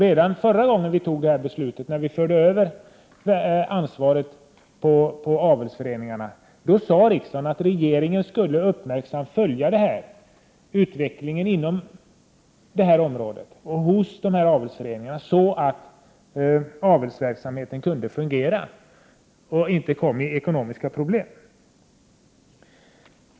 Redan när vi förde över ansvaret på avelsföreningarna sade riksdagen att regeringen uppmärksamt skulle följa utvecklingen på området och hos avelsföreningarna, så att avelsverksamheten kunde fungera och inte fick ekonomiska problem.